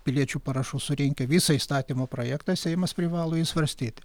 piliečių parašų surinkę visą įstatymo projektą seimas privalo jį svarstyti